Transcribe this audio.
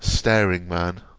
staring man